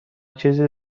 چیزی